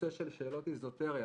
נושא שאלות איזוטריה